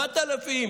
7,000,